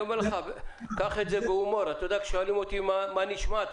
קח את זה בהומור כששואלים אותי מה נשמע,